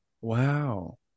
Wow